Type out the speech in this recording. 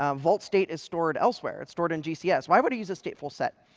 ah vault's state is stored elsewhere. it's stored in gcs. why would he use a statefulset?